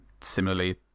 similarly